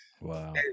Wow